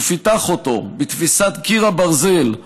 ופיתח אותו בתפיסת "'קיר הברזל",